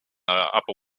upper